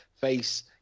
face